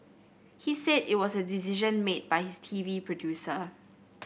he said it was a decision made by his T V producer